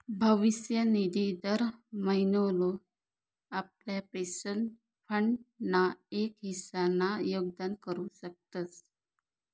भविष्य निधी दर महिनोले आपला पेंशन फंड ना एक हिस्सा ना योगदान करू शकतस